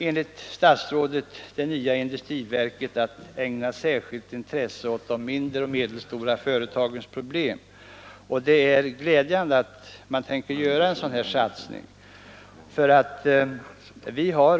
Enligt statsrådet kommer nu det nya industriverket att ägna särskilt intresse åt de mindre och medelstora företagens problem, och det är glädjande att man tänker göra en sådan satsning som nu föreslås.